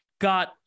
got